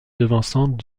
devançant